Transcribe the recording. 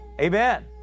Amen